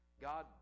god